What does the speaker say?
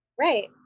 Right